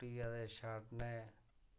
कुट्टियै ते छड़ने